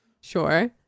sure